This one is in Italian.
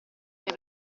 mia